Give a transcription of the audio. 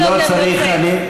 תתבייש לך.